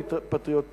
מי פטריוט פחות.